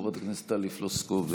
חברת הכנסת טלי פלוסקוב,